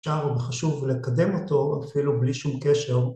אפשר וחשוב לקדם אותו אפילו בלי שום קשר.